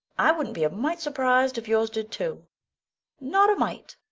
i wouldn't be a mite surprised if yours did, too not a mite.